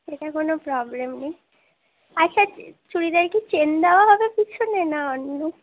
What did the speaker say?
সেটা কোনো প্রবলেম নেই আচ্ছা এর চুড়িদার কি চেন দাওয়া হবে পিছনে না অন্য